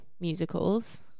musicals